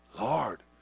Lord